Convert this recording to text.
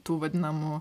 tų vadinamų